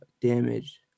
damage